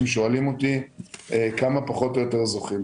שאתם שואלים אותי כמה פחות או יותר זוכים.